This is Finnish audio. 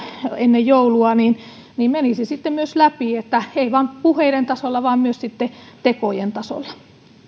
ennen joulua se menisi sitten myös läpi ei vain puheiden tasolla vaan myös sitten tekojen tasolla